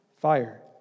fire